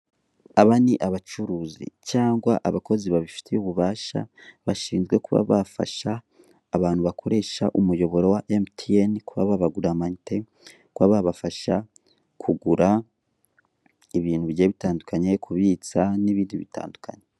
Aba ni abacuruzi cyangwa abakozi babifitiye ububasha, bashinzwe kuba bafasha abantu bakoresha umuyoboro wa Emutiyeni, kuba babagurira amayinite, kuba babafasha kugura ibindi bigiye bitandukanye, kubitsa n'ibindi bitandukanye.